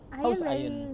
how is ian